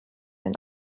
ein